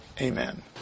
amen